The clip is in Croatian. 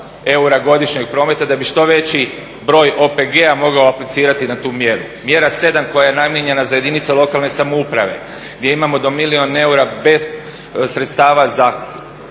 godišnjeg prometa da bi što veći broj OPG-a mogao aplicirati na tu mjeru. Mjera 7. koja je namijenjena za jedinice lokalne samouprave, gdje imamo do milijun eura sredstava za